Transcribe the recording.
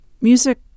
Music